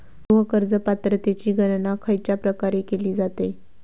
गृह कर्ज पात्रतेची गणना खयच्या प्रकारे केली जाते?